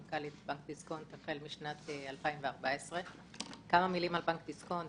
מנכ"לית בנק דיסקונט החל משנת 2014. כמה מילים על בנק דיסקונט.